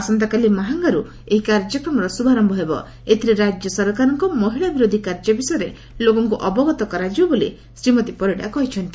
ଆସନ୍ତାକାଲି ମାହାଙ୍ଗାରୁ ଏହି କାର୍ଯ୍ୟକ୍ରମର ଶୁଭାର ସରକାରଙ୍କ ମହିଳା ବିରୋଧୀ କାର୍ଯ୍ୟ ବିଷୟରେ ଲୋକଙ୍କୁ ଅବଗତ କରାଯିବ ବୋଲି ଶ୍ରୀମତୀ ପରିଡ଼ା କହିଛନ୍ତି